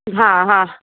हा हा